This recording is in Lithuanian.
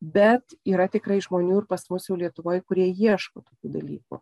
bet yra tikrai žmonių ir pas mus jau lietuvoj kurie ieško tokių dalykų